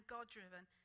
God-driven